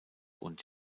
und